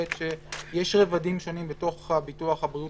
יש רבדים שונים בשירותי הבריאות,